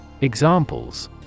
Examples